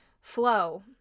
flow